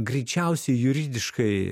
greičiausiai juridiškai